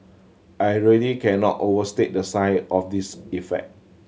I really cannot overstate the size of this effect